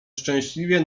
szczęśliwie